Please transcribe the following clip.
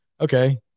okay